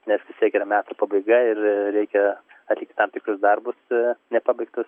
nes vis tiek ir metų pabaiga ir reikia atlikti tam tikrus darbus nepabaigtus